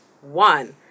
One